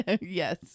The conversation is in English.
Yes